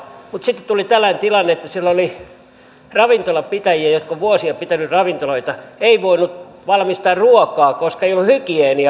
mutta sitten tuli tällainen tilanne että siellä oli ravintolan pitäjiä jotka ovat vuosia pitäneet ravintoloita eivät voineet valmistaa ruokaa koska ei ollut hygieniapassia